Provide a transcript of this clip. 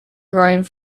growing